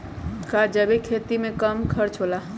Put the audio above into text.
का जैविक खेती में कम खर्च होला?